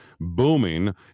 booming